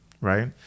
right